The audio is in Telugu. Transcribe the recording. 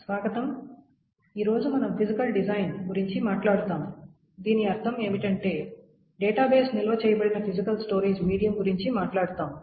స్వాగతం ఈ రోజు మనం ఫిజికల్ డిజైన్ గురించి మాట్లాడుతాము దీని అర్థం ఏమిటంటే డేటాబేస్ నిల్వ చేయబడిన ఫిజికల్ స్టోరేజ్ మీడియం గురించి మాట్లాడుతాము